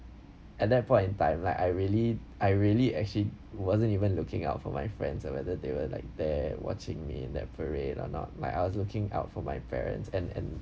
at that point in time like I really I really actually wasn't even looking out for my friends or whether they were like there watching me in that parade or not like I was looking out for my parents and and